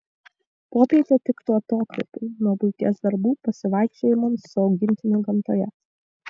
popietė tiktų atokvėpiui nuo buities darbų pasivaikščiojimams su augintiniu gamtoje